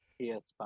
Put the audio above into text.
PS5